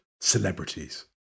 celebrities